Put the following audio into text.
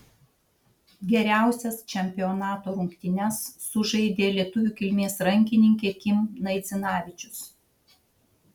geriausias čempionato rungtynes sužaidė lietuvių kilmės rankininkė kim naidzinavičius